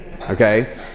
okay